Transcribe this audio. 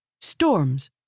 Storms